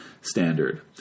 standard